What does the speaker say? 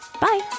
Bye